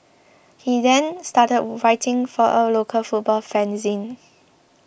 he then started writing for a local football fanzine